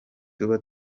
tuba